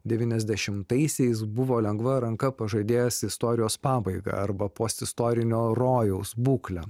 devyniasdešimtaisiais buvo lengva ranka pažadėjęs istorijos pabaigą arba postistorinio rojaus būklę